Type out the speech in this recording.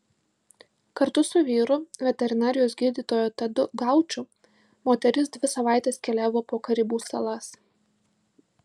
kartu su vyru veterinarijos gydytoju tadu gauču moteris dvi savaites keliavo po karibų salas